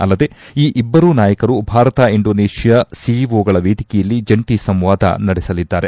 ಅಲ್ಲದೆ ಈ ಇಬ್ಬರೂ ನಾಯಕರು ಭಾರತ ಇಂಡೋನೇಷ್ಯಾ ಸಿಇಓಗಳ ವೇದಿಕೆಯಲ್ಲಿ ಜಂಟಿ ಸಂವಾದ ನಡೆಸಲಿದ್ದಾರೆ